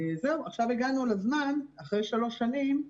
עכשיו הגענו לזמן, אחרי שלוש שנים,